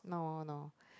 no no